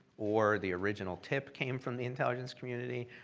or the original tip came from the intelligence community,